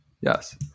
yes